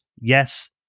yes